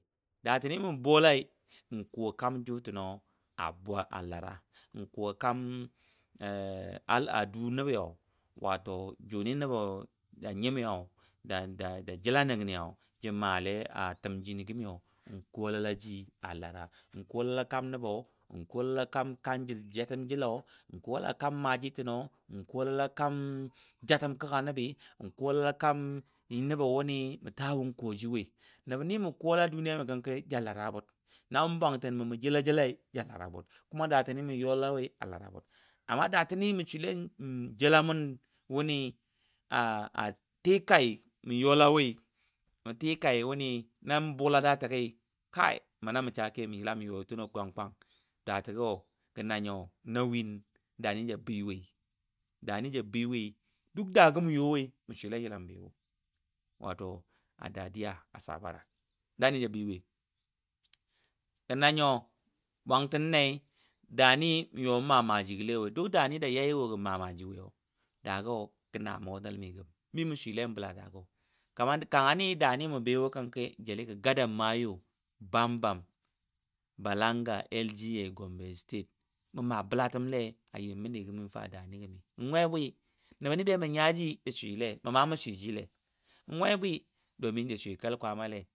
Da tən ni mə bolai n kɔ kam jɨtəna lara kʊwo kam al adu nəbi ja jyemi. ja jəla nən ja maalai a təmji no gəm yau n ku lala ji a lara n kulala kam nəbi. n kulalla kam ji jatəmo n kulalakam maaji təno n kulala jatəm kəka nəbi. n kuwo ji woi nəbni mə kolala a mugo duniya gi ja lara. bur kuma dani mə kulala a mugo duniyai a lara bur. amma datan ni mə swile n jelala mun a tikaimə you la woi nam bula da təgi kai mana mə yila mə yɔyɔ təno kwang kwang, gə nanyo na win dani da bɨɨ woi duk dani mə bewoi mə swile yila you wo wato a dadiya sabara. dago ja ɓɨɨ woi gə na nyo bwang tən nai. dani mə you mə maaji gə le woi dani ja yaiwo gən maa maaji woi to gə na mugo nelmi gəm mi mə swi lle bə dago kamar dani mə bewo kanki da jale gadamayo bambam Balanga L G A Gombe state nebni bamə nyaji ja swiile mə ma mə swijile, we bwi. domin ja swi kel kwamaile.